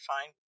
fine